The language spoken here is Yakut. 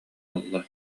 ылла